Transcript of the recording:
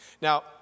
Now